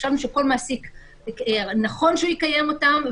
שחשבנו שכל מעסיק נכון שהוא יקיים אותן,